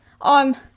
on